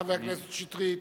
חבר הכנסת שטרית.